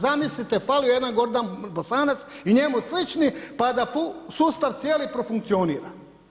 Zamislite falio jedan Gordan Bosanac i njemu slični, pa da sustav cijeli profunkcionira.